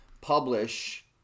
publish